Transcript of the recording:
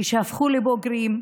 כשהפכו לבוגרים,